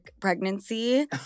pregnancy